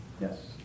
Yes